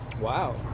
Wow